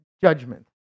judgment